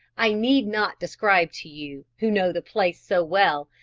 i need not describe to you, who know the place so well,